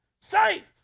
Safe